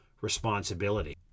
responsibility